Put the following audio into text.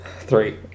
Three